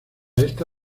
esta